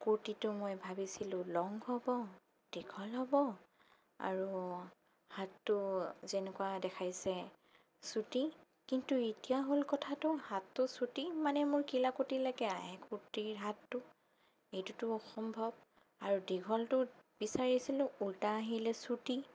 কুৰ্তিটো মই ভাবিছিলোঁ লং হ'ব দীঘল হ'ব আৰু হাতটো যেনেকুৱা দেখাইছে চুটি কিন্তু এতিয়া হ'ল কথাটো হাতটো চুটি মানে মোৰ কিলাকুতিলৈকে আহে কুৰ্তিৰ হাতটো এইটোতো অসম্ভৱ আৰু দীঘলটো বিচাৰিছিলোঁ উল্টা আহিলে চুটি